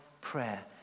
prayer